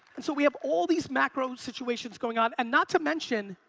and so we have all these macro-situations going on, and not to mention,